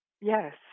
Yes